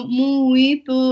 muito